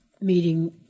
meeting